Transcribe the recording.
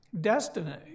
destiny